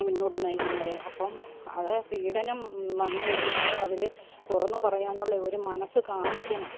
മുന്നോട്ട് നയിക്കുന്നത് അപ്പം അത് പീഡനം നടന്ന് കഴിഞ്ഞാൽ അവർ തുറന്ന് പറയാനുള്ള ഒരു മനസ്സ് കാണിക്കണം